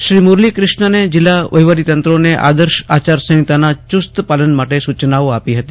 શ્રી મુરલી ક્રિષ્નને જિલ્લા વહીવટીતંત્રોને આદર્શ આચારસંહિતાના ચુસ્ત પાલન માટે સૂચનાઓ આપી હતી